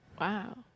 Wow